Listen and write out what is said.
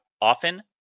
often